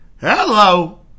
Hello